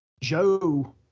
Joe